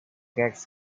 gets